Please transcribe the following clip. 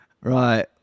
Right